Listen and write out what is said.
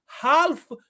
half